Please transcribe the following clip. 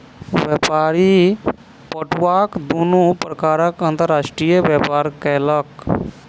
व्यापारी पटुआक दुनू प्रकारक अंतर्राष्ट्रीय व्यापार केलक